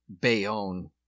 Bayonne